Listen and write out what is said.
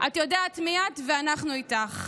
את יודעת מי את, ואנחנו איתך: